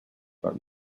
but